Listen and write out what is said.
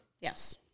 Yes